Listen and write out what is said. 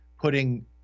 Putting